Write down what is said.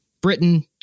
Britain